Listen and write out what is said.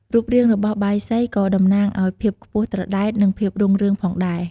រូបរាងរបស់បាយសីក៏តំណាងឲ្យ ភាពខ្ពស់ត្រដែត និង ភាពរុងរឿង ផងដែរ។